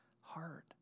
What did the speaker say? heart